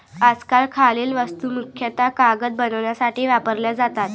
आजकाल खालील वस्तू मुख्यतः कागद बनवण्यासाठी वापरल्या जातात